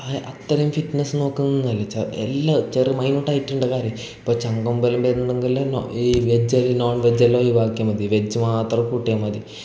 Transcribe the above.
അത്രയും ഫിറ്റ്നസ് നോക്കുന്നതല്ലേ ച എല്ല ചില മൈനൂട്ടായിട്ട്ള്ള കാര്യം ഇപ്പോൾ ചങ്കൊമ്പലും വരുന്നുണ്ടെങ്കിലല്ലേ നോ ഈ വെജ്ജെല്ലൊ നോൺ വെജ്ജെല്ലൊ ഒയിവാക്കിയാൽ മതി വെജ്ജ് മാത്രം കൂട്ടിയാൽ മതി